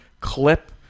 clip